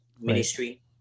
ministry